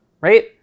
Right